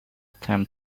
item